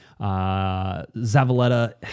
Zavalletta